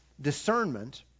discernment